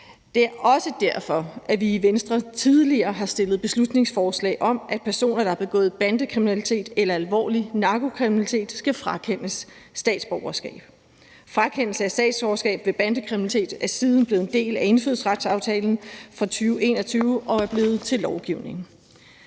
Det er også derfor, at vi i Venstre tidligere har fremsat beslutningsforslag om, at personer, der har begået bandekriminalitet eller alvorlig narkokriminalitet, skal frakendes statsborgerskab. Frakendelse af statsborgerskab ved bandekriminalitet er siden blevet en del af indfødsretsaftalen fra 2021 og er blevet til lovgivning.